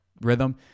rhythm